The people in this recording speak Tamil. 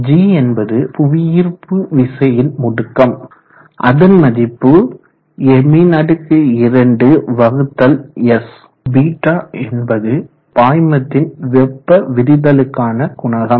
g என்பது புவியீர்ப்பு விசையின் முடுக்கம் அதன் மதிப்பு m2s β என்பது பாய்மத்தின் வெப்ப விரிதலுக்கான குணகம்